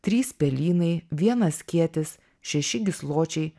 trys pelynai vienas kietis šeši gysločiai